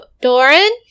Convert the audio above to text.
Doran